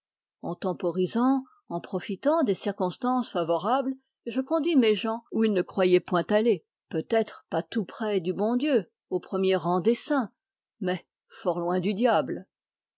en temporisant en profitant des circonstances favorables je les conduis où elles ne croyaient point aller peut-être pas tout près du bon dieu au premier rang des saints mais fort loin du diable